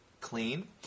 clean